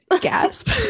gasp